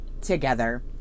together